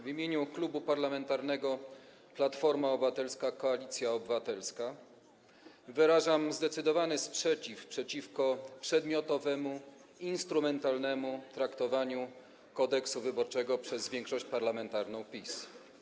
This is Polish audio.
W imieniu Klubu Parlamentarnego Platforma Obywatelska - Koalicja Obywatelska wyrażam zdecydowany sprzeciw wobec przedmiotowego, instrumentalnego traktowania Kodeksu wyborczego przez większość parlamentarną PiS.